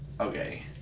okay